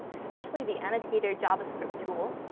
especially the annotator javascript tool,